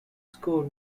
score